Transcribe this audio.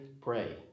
pray